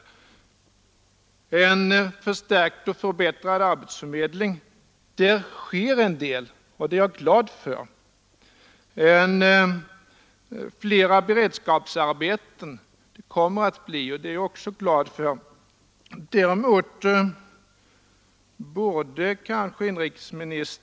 Programmet upptar bl.a. en förstärkt och förbättrad arbetsförmedling — där sker en del, och det är jag glad för — samt flera beredskapsarbeten, vilket det kommer att bli, något som jag också är glad för.